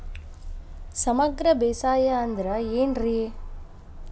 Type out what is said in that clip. ಸಮಗ್ರ ಬೇಸಾಯ ಅಂದ್ರ ಏನ್ ರೇ?